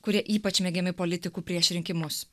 kurie ypač mėgiami politikų prieš rinkimus